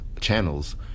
channels